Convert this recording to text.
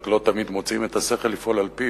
רק לא תמיד מוצאים את השכל לפעול על-פיו,